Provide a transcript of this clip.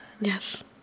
Yes